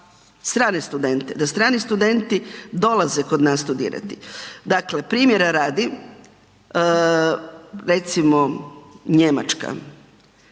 strane studente. Da strani studenti dolaze kod nas studirati. Dakle, primjera radi, recimo, Njemačka.